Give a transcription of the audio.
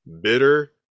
bitter